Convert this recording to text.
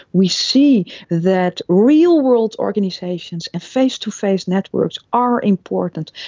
we see that real-world organisations and face-to-face networks are important,